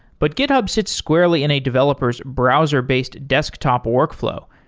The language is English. but github sits squarely in a developer s browser-based desktop workflow.